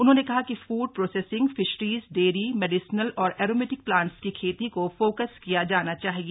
उन्होंने कहा कि food processing fisheries dairy medicinal और ऐरोमेटिक प्लांट्स की खेती को फोकस किया जाना चाहिए